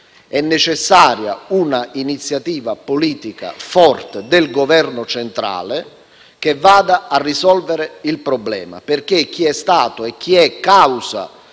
È necessaria una iniziativa politica forte del Governo centrale che vada a risolvere il problema perché chi è stato e chi è causa